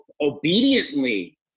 obediently